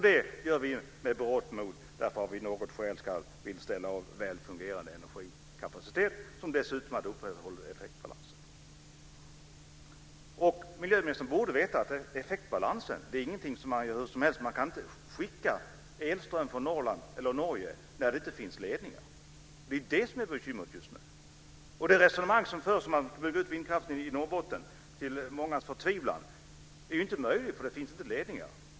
Det gör vi med berått mod därför att vi av något skäl vill ställa av väl fungerande energikapacitet, som dessutom hade kunnat upprätthålla effektbalansen. Miljöministern borde veta att effektbalansen inte kan hanteras hur som helst. Det går inte att skicka elström från Norrland eller Norge när det inte finns ledningar. Det är det som är bekymret just nu. Det resonemang som förs om att bygga ut vindkraften i Norrbotten - till mångas förtvivlan - är inte möjlig för det finns inte ledningar.